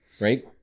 right